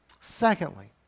secondly